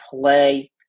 play